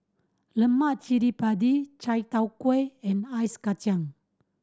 lemak cili padi Chai Tow Kuay and Ice Kachang